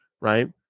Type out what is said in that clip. right